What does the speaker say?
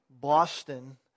Boston